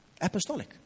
apostolic